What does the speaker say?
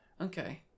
Okay